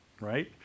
right